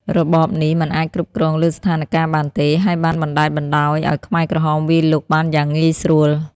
របបនេះមិនអាចគ្រប់គ្រងលើស្ថានការណ៍បានទេ ហើយបានបណ្តែតបណ្តោយឲ្យខ្មែរក្រហមវាយលុកបានយ៉ាងងាយស្រួល។